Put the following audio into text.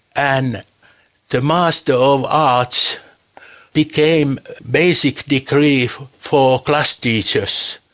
and the master of arts became basic degree for for class teachers.